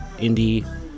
indie